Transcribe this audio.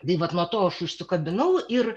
tai vat nuo to aš užsikabinau ir